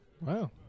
Wow